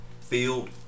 field